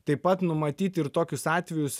taip pat numatyti ir tokius atvejus